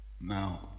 Now